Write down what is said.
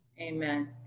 Amen